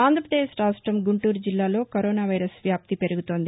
ఆంధ్రప్రదేశ్ రాష్ట్రం గుంటూరు జిల్లాలో corona virus వ్యాప్తి పెరుగుతోంది